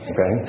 Okay